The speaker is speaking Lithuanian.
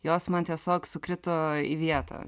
jos man tiesiog sukrito į vietą